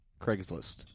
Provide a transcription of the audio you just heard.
craigslist